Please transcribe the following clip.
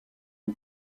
une